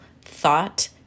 thought